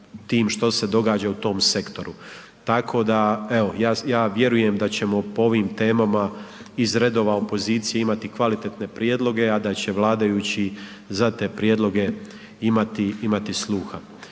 tim što se događa u tom sektoru. Tako da evo, ja vjerujem da ćemo po ovim temama iz redova opozicije imati kvalitetne prijedloge, a da će vladajući za te prijedloge imati sluha.